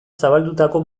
zabaldutako